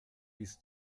bis